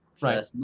Right